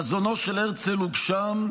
חזונו של הרצל הוגשם,